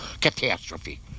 Catastrophe